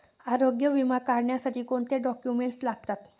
आरोग्य विमा काढण्यासाठी कोणते डॉक्युमेंट्स लागतात?